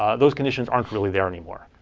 those conditions aren't really there anymore.